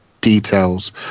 details